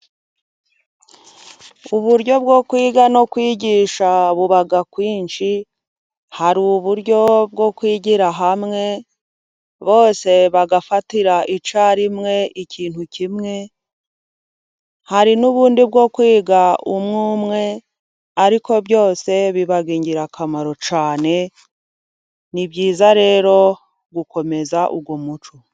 Uburyo bwo kwiga no kwigisha buba kwinshi, hari uburyo bwo kwigira hamwe bose bagafatira icyari rimwe ikintu kimwe, hari n'ubundi bwo kwiga umwumwe ariko byose biba ingirakamaro cyane ni byiza rero gukomeza uwo muco.